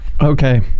okay